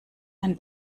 ein